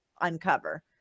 uncover